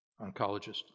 oncologist